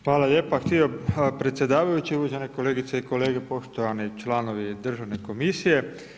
Hvala lijepa predsjedavajući, uvažene kolegice i kolege, poštovani članovi Državne komisije.